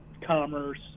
commerce